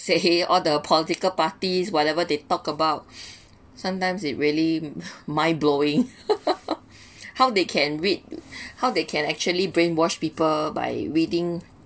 said !hey! all the political parties whatever they talk about sometimes it really mind blowing how they can read to how they can actually brainwash people by reading